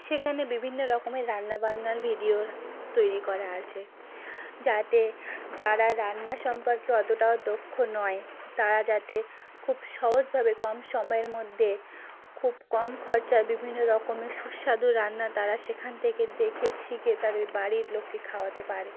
সেখানে বিভিন্ন রকমের রান্নাবান্নার ভিডিওর তৈরি করা আছে যাতে যারা রান্না সম্পর্কে অতোটাও দক্ষ নয় তারা যাতে খুব সহজভাবে কম সময়ের মধ্যে খুব কম খরচায় বিভিন্ন রকমের সুস্বাদু রান্না তারা সেখান থেকে দেখে শিখে তাদের বাড়ির লোককে খাওয়াতে পারে